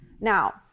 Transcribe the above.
Now